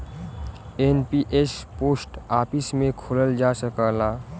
NPS post office में खोलल जा सकला